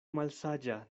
malsaĝa